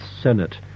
Senate